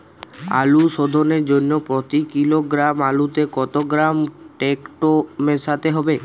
আলু শোধনের জন্য প্রতি কিলোগ্রাম আলুতে কত গ্রাম টেকটো মেশাতে হবে?